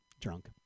drunk